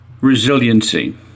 resiliency